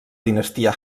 dinastia